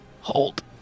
Hold